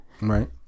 right